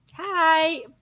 hi